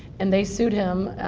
and they sued him.